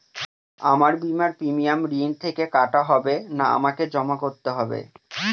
আমার বিমার প্রিমিয়াম ঋণ থেকে কাটা হবে না আমাকে জমা করতে হবে?